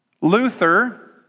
Luther